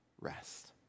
rest